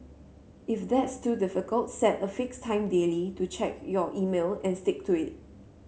if that's too difficult set a fixed time daily to check your email and stick to it